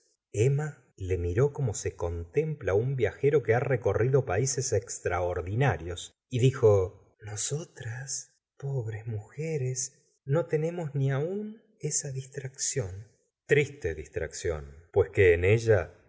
emma le miró como se contempla un viajero que ha recorrido pzíses extraordinarios y dijo nosotras pobres mujeres no tenemos ni aun esa distracción triste distracción pues que en ella